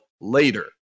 later